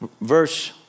Verse